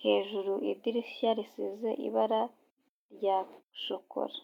hejuru idirishya risize ibara rya shokora.